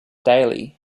daily